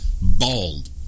Bald